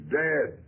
dead